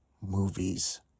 movies